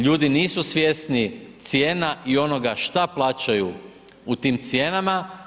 Ljudi nisu svjesni cijena i onoga što plaćaju u tim cijenama.